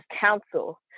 counsel